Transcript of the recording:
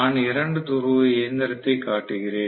நான் 2 துருவ இயந்திரத்தைக் காட்டுகிறேன்